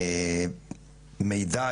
המידע,